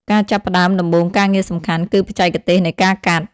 ការចាប់ផ្ដើមដំបូងការងារសំខាន់ គឺបច្ចេកទេសនៃការកាត់។